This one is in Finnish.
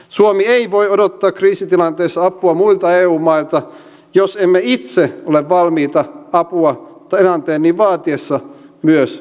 suomi ei voi odottaa kriisitilanteessa apua muilta eu mailta jos emme itse ole valmiita tilanteen niin vaatiessa apua myös antamaan